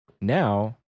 Now